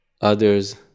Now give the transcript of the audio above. others